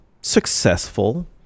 successful